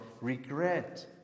regret